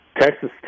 Texas